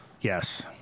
yes